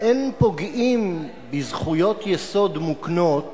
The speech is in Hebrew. אין פוגעים בזכויות יסוד מוקנות